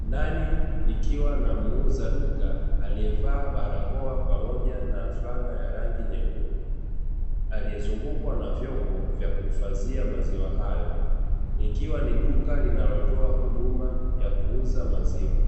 ndani likiwa na muuza duka aliyevaa barakoa, pamoja na flana ya rangi nyekundu aliyezungukwa na vyombo vya kuhifadhia maziwa hayo. Ikiwa ni duka linatoa huduma ya kuuza maziwa.